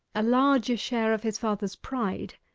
a larger share of his father's pride,